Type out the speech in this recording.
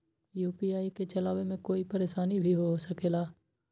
UPI के चलावे मे कोई परेशानी भी हो सकेला?